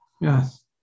Yes